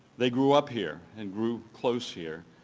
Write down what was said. they grew up here and grew close here.